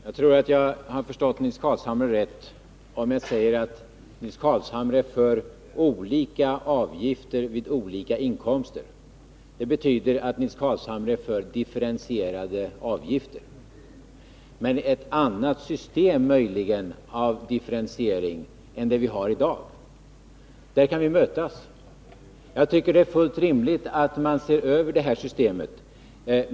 Fru talman! Jag tror jag har förstått Nils Carlshamre rätt om jag säger att Nils Carlshamre är för olika avgifter vid olika inkomster. Det betyder att Nils Carlshamre är för differentierade avgifter, men möjligen för ett annat system för differentiering än det vi har i dag. Där kan vi mötas. Jag tycker att det är fullt rimligt att se över systemet.